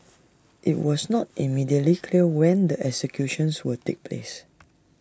IT was not immediately clear when the executions would take place